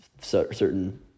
certain